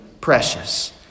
precious